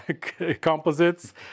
Composites